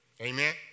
Amen